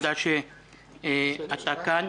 תודה שאתה כאן.